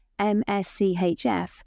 MSCHF